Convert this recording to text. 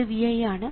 ഇത് Vi ആണ്